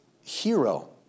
hero